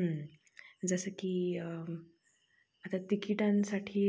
जसं की आता तिकिटांसाठी